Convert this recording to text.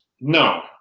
No